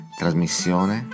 trasmissione